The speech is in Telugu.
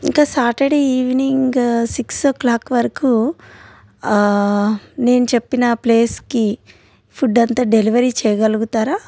ఇంకా Saturday evening six o'clock వరకు నేను చెప్పిన ప్లేస్కి ఫుడ్ అంతా డెలివరీ చెయ్యగలుగుతారా